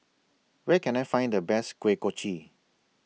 Where Can I Find The Best Kuih Kochi